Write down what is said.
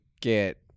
get